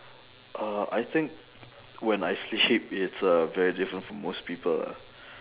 uh I think when I sleep it's uh very different from most people ah